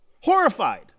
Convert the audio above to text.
horrified